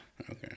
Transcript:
okay